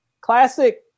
Classic